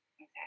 Okay